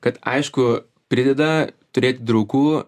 kad aišku prideda turėti draugų